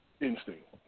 instinct